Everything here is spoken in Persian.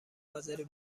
حاضری